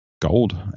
gold